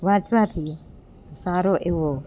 વાંચવાથી સારો એવો